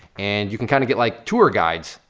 and you can kind of get like tour guides,